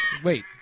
Wait